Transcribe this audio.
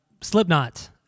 Slipknot